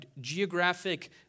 geographic